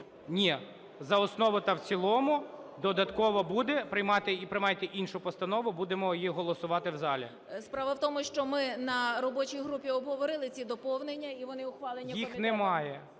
Ні. За основу та в цілому. Додатково буде, приймайте іншу постанову, будемо її голосувати в залі. КОНСТАНКЕВИЧ І.М. Справа в тому, що ми на робочій групі обговорили ці доповнення, і вони ухвалені комітетом.